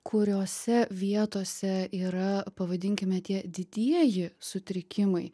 kuriose vietose yra pavadinkime tie didieji sutrikimai